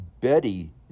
Betty